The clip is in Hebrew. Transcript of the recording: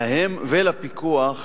להם ולפיקוח,